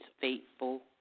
faithful